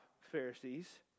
Pharisees